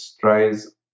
tries